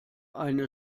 eine